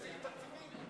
לשנת 2009,